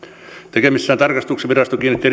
tekemissään tarkastuksissa virasto kiinnitti